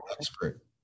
expert